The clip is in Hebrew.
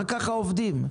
רק ככה עובדים.